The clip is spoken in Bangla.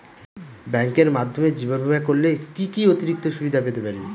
ব্যাংকের মাধ্যমে জীবন বীমা করলে কি কি অতিরিক্ত সুবিধে পেতে পারি?